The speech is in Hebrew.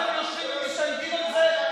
בושה לכם שאתם יושבים ומתענגים על זה,